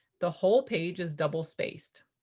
the whole page is double-spaced.